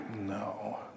No